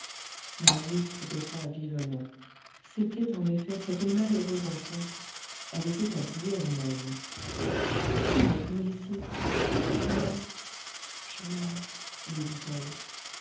marius se baissa vivement c'était en effet cette malheureuse enfant elle était habillée en homme comment êtes-vous ici que faites-vous là je meurs lui dit-elle